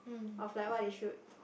of like what they should